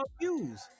views